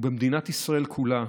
ובמדינת ישראל כולה,